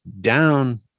down